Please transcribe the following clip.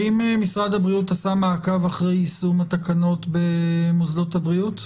האם משרד הבריאות עשה מעקב אחרי יישום התקנות במוסדות הבריאות?